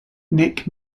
nick